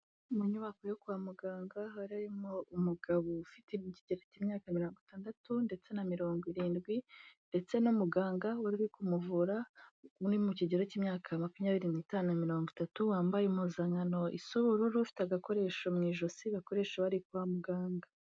Mu nyubako yo kwa muganga harimo umugabo ufite kigero cy'imyaka mirongo itandatu ndetse na mirongo irindwi, ndetse n'umuganga wari uri kumuvura uri mu kigero k'imyaka makumyabiri n'itanu mirongo itatu, wambaye impuzankano isa ubururu ufite agakoresho mu ijosi bakoresha bari kwa muganga.